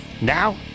now